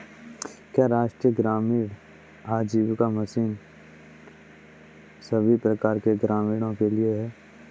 क्या राष्ट्रीय ग्रामीण आजीविका मिशन सभी प्रकार के ग्रामीणों के लिए है?